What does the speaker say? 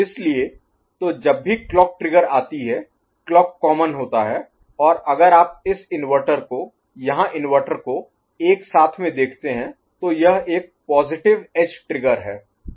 इसलिए तो जब भी क्लॉक ट्रिगर आती है क्लॉक कॉमन होता है और अगर आप इस इन्वर्टर को यहाँ इन्वर्टर को एक साथ में देखते हैं तो यह एक पॉजिटिव एज ट्रिगर है